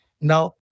Now